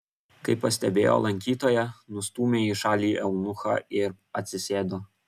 kai pastebėjo lankytoją nustūmė į šalį eunuchą ir atsisėdo